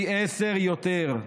פי עשרה יותר.